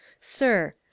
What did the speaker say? Sir